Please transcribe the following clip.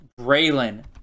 Braylon